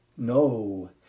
No